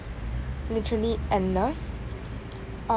literally endless